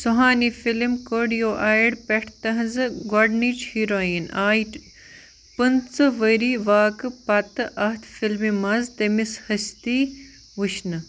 Suhani film کوڈیو آیِڈ پٮ۪ٹھ تٔہٕنٛزِ گۄڈنِچ ہیٖروین آیہِ پٕنٛژٕہ ؤرۍ واقعہٕ پتہٕ اتھ فلمہِ منٛز تٔمِس ہستی وُچھنہٕ